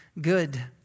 good